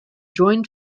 joined